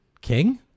King